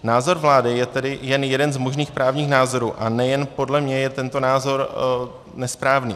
Názor vlády je tedy jen jeden z možných právních názorů a nejen podle mě je tento názor nesprávný.